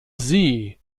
sie